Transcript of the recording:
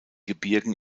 gebirgen